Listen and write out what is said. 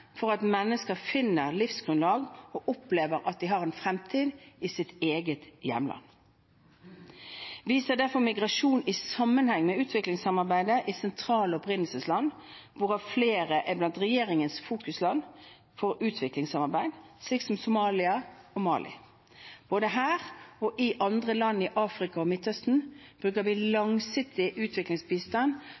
for at mennesker finner livsgrunnlag og opplever at de har en fremtid i sitt eget hjemland. Vi ser derfor migrasjon i sammenheng med utviklingssamarbeidet i sentrale opprinnelsesland, hvorav flere er blant regjeringens fokusland for utviklingssamarbeid, slik som Somalia og Mali. Både her og i andre land i Afrika og Midtøsten bruker vi langsiktig utviklingsbistand